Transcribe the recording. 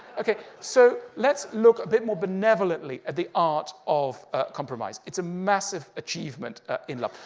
okay. so let's look a bit more benevolently at the art of compromise. it's a massive achievement ah in love.